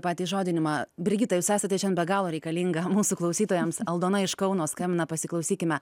patį įžodinimą brigita jūs esate šiandien be galo reikalinga mūsų klausytojams aldona iš kauno skambina pasiklausykime